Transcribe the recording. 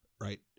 right